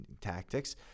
tactics